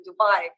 Dubai